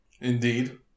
Indeed